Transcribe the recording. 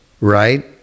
Right